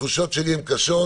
התחושות שלי הן קשות